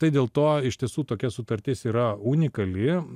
tai dėl to iš tiesų tokia sutartis yra unikali